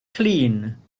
clean